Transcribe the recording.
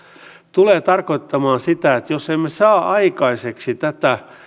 tulee tarkoittamaan sitä että jos emme saa aikaiseksi tätä